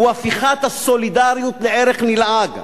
הוא הפיכת הסולידריות לערך נלעג,